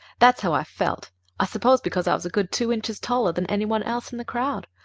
that's how i felt i suppose because i was a good two inches taller than any one else in the crowd.